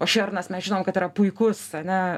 o šernas mes žinom kad yra puikus ane